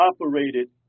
operated